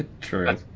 True